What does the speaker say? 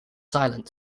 silent